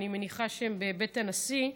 אני מניחה שהן בבית הנשיא,